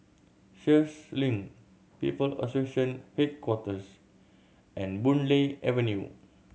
Sheares Link People Association Headquarters and Boon Lay Avenue